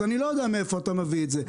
אז אני לא יודע מאיפה אתה מביא את זה,